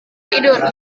tidur